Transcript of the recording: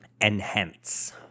Enhance